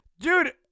Dude